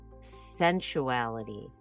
sensuality